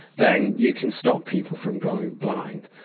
then you can stop people from going blind.